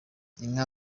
inka